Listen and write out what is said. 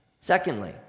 Secondly